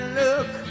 look